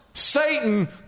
Satan